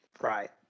Right